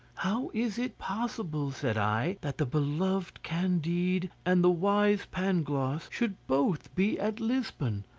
how is it possible, said i, that the beloved candide and the wise pangloss should both be at lisbon,